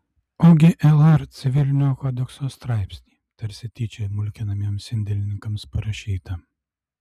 ogi lr civilinio kodekso straipsnį tarsi tyčia mulkinamiems indėlininkams parašytą